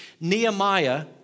Nehemiah